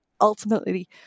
ultimately